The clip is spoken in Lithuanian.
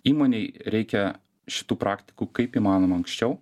įmonei reikia šitų praktikų kaip įmanoma anksčiau